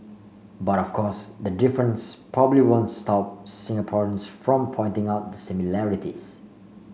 but of course the difference probably won't stop Singaporeans from pointing out similarities